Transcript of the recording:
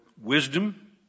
wisdom